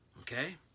Okay